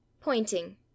Pointing